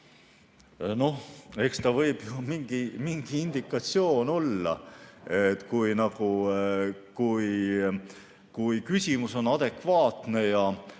Noh, eks ta võib ju mingi indikatsioon olla, kui küsimus on adekvaatne ja